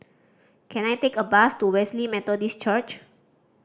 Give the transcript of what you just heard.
can I take a bus to Wesley Methodist Church